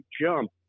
jump